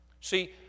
See